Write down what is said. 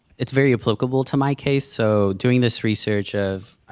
it's very applicable to my case. so doing this research of,